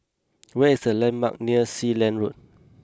where is the landmarks near Sealand Road